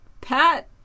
Pat